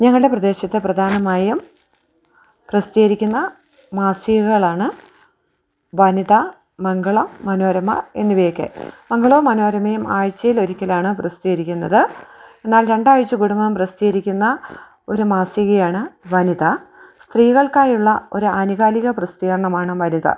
ഞങ്ങളുടെ പ്രദേശത്ത് പ്രധാനമായും പ്രസിദ്ധീകരിക്കുന്ന മാസികകളാണ് വനിത മംഗളം മനോരമ എന്നിവയൊക്കെ മംഗളവും മനോരമയും ആഴ്ചയിൽ ഒരിക്കലാണ് പ്രസിദ്ധീകരിക്കുന്നത് എന്നാൽ രണ്ടാഴ്ച കൂടുമ്പം പ്രസിദ്ധീകരിക്കുന്ന ഒരു മാസികയാണ് വനിത സ്ത്രീകൾക്കായുള്ള ഒരു ആനുകാലിക പ്രസിദ്ധീകരണമാണ് വനിത